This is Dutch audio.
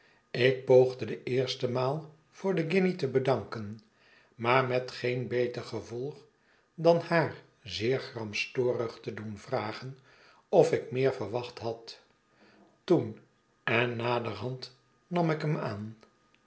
ik poogde de eerste maal voor den guinje te bedanken maar met geen beter gevolg dan haar zeer gramstorig te doen vragen of ik meer verwacht had toen en naderhand nam ik hem aan